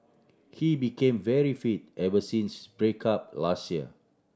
he became very fit ever since break up last year